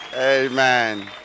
Amen